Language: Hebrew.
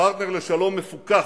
פרטנר לשלום מפוכח,